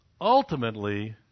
Ultimately